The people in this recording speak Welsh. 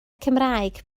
cymraeg